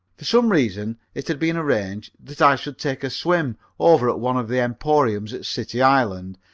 for some reason it had been arranged that i should take a swim over at one of the emporiums at city island,